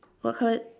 what colour